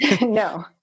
No